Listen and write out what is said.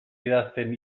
idazten